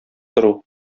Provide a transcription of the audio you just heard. тору